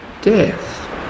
death